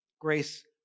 Grace